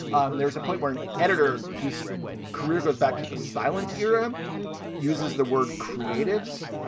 um there's a point where an editor whose career goes back to the silent era uses the word creatives.